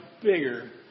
bigger